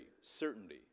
certainty